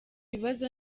bibazo